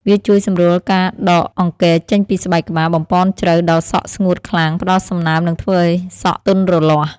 វាជួយសម្រួលការដកអង្គែរចេញពីស្បែកក្បាល បំប៉នជ្រៅដល់សក់ស្ងួតខ្លាំង ផ្តល់សំណើម និងធ្វើឲ្យសក់ទន់រលាស់។